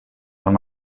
dan